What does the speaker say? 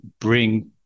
bring